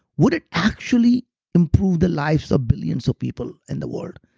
would it actually improve the lives of billions of people in the world?